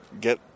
get